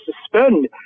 suspend